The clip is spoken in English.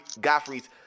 Godfrey's